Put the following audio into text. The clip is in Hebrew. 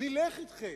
נלך אתכם.